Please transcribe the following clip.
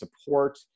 support